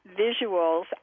visuals